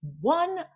one